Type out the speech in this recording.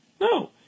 No